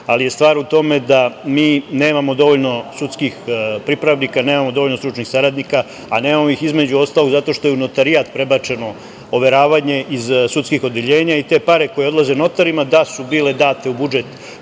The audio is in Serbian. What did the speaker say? ali je stvar u tome da mi nemamo dovoljno sudskih pripravnika, nemamo dovoljno stručnih saradnika, a nemamo ih između ostalog zato što je u notarijat prebačeno overavanje iz sudskih odeljenja i te pare koje odlaze notarima, da su bile date u budžet